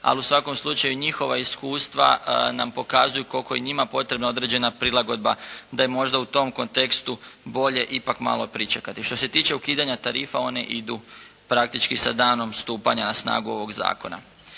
ali u svakom slučaju njihova iskustva nam pokazuju koliko je njima potrebna određena prilagodba da je možda u tom kontekstu bolje ipak malo pričekati. Što se tiče ukidanja tarifa one idu praktički sa danom stupanja na snagu ovog zakona.